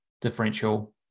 differential